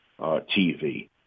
TV